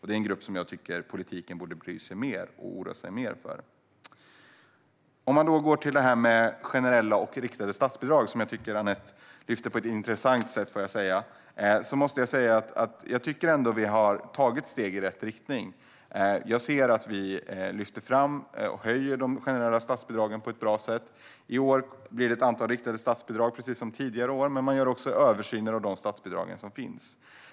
Det är en grupp som jag tycker att politiken borde bry sig mer om och oroa sig mer för. För att gå till det här med generella och riktade statsbidrag, som jag tycker att Anette tar upp på ett intressant sätt, måste jag säga att jag ändå tycker att vi har tagit steg i rätt riktning. Jag ser att vi lyfter fram och höjer de generella statsbidragen på ett bra sätt. I år blir det ett antal riktade statsbidrag, precis som tidigare år, men man gör också en översyn av de statsbidrag som finns.